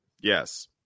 Yes